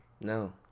no